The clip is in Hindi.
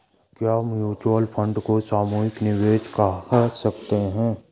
क्या म्यूच्यूअल फंड को सामूहिक निवेश कह सकते हैं?